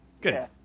Good